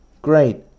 Great